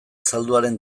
zalduaren